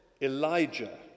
Elijah